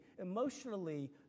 emotionally